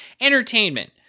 entertainment